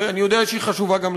ואני יודע שהיא חשובה גם לך,